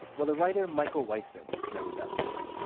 well, the writer michaele weissman knows that feeling.